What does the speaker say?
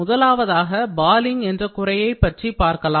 முதலாவதாக பாலிங் என்ற குறையைப் பற்றி பார்க்கலாம்